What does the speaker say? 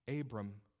Abram